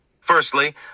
Firstly